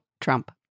Trump